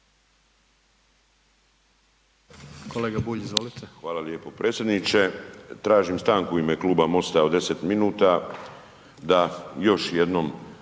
**Bulj, Miro (MOST)** Hvala lijepo predsjedniče. Tražim stanku u ime Kluba MOST-a od 10 minuta da još jednom